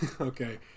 okay